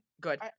good